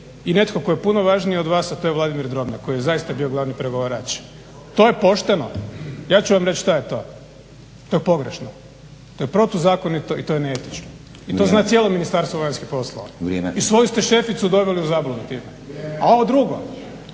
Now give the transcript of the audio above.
i netko tko je puno važniji od vas, a to je Vladimir Drobnjak koji je zaista bio glavni pregovarač. To je pošteno? Ja ću vam reći što je to, to je pogrešno. To je protuzakonito i to je neetično. I to zna cijelo Ministarstvo vanjskih poslova. I svoju ste šeficu doveli u zabludu. A ovo drugo,